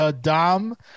Dom